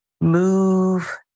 move